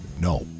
no